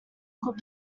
could